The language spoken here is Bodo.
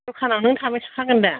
दखानाव नों थाबाय थाखागोनदा